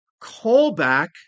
callback